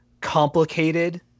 complicated